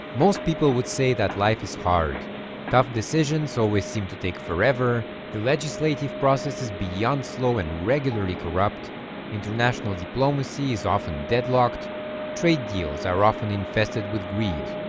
most people would say that life is hard tough decisions always seem to take forever the legislative process is beyond slow and regularly corrupt international diplomacy is often deadlocked trade deals are often infested with greed